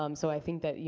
um so i think that, you